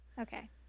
Okay